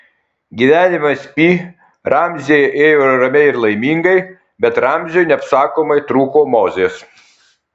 gyvenimas pi ramzyje ėjo ramiai ir laimingai bet ramziui neapsakomai trūko mozės